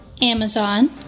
Amazon